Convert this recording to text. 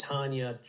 Tanya